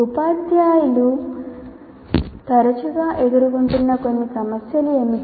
ఉపాధ్యాయులు తరచుగా ఎదుర్కొంటున్న కొన్ని సమస్యలు ఏమిటి